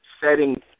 setting